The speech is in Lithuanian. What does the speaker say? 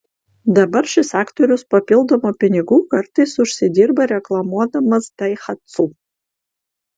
dabar šis aktorius papildomų pinigų kartais užsidirba reklamuodamas daihatsu